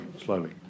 slowly